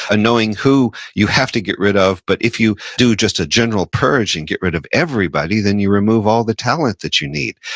and knowing who you have to get rid of. but if you do just a general purge and get rid of everybody, then you remove all the talent that you need.